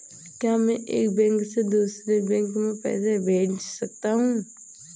क्या मैं एक बैंक से दूसरे बैंक में पैसे भेज सकता हूँ?